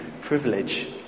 privilege